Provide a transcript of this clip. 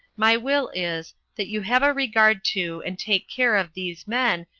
my will is, that you have a regard to and take care of these men,